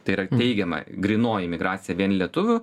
tai yra teigiama grynoji migracija vien lietuvių